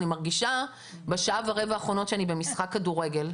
אני מרגישה בשעה ורבע האחרונות שאני במשחק כדורגל.